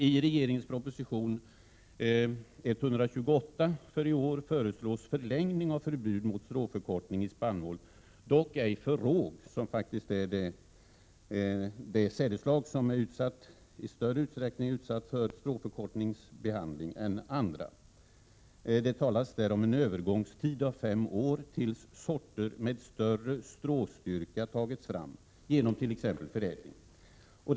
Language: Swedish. I regeringens proposition 1987/88:128 föreslås en förlängning av förbudet mot stråförkortningsmedel i spannmål, dock ej för råg som faktiskt är det sädesslag som i större utsträckning än andra är utsatt för stråförkortningsbehandling. Det talas om en övergångstid på fem år tills sorter med större stråstyrka tagits fram genom t.ex. förädling.